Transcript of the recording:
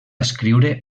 escriure